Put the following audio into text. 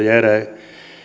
ja